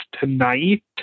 tonight